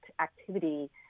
activity